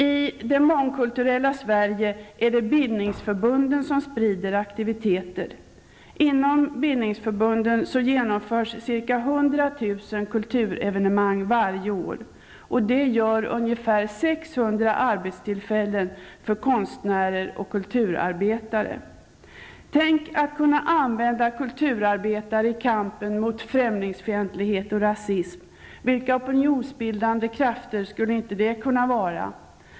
I det mångkulturella Sverige är det bildningsförbunden som sprider aktiviteter. Inom studieförbunden genomförs ca 100 000 kulturevenemang varje år. Det gör ungefär Tänk att kunna använda kulturarbetare i kampen mot främlingsfientlighet och rasism! Vilka opinionsbildande krafter skulle inte det kunna vara!